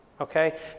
okay